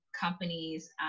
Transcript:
companies